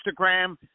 Instagram